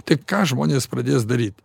tai ką žmonės pradės daryt